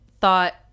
thought